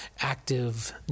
active